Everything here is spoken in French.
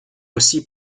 aussi